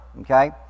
Okay